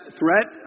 threat